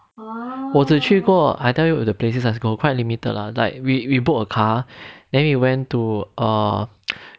我只去过去过 I tell you the places I go quite limited lah like we we booked a car then we went to err